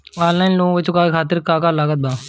Online loan चुकावे खातिर का का लागत बा?